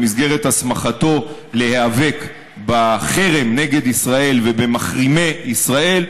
במסגרת הסמכתו להיאבק בחרם נגד ישראל ובמחרימי ישראל,